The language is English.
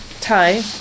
Thai